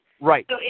Right